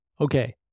Okay